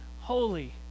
holy